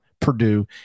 Purdue